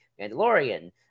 Mandalorian